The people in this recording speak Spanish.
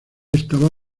estaba